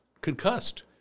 concussed